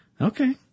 Okay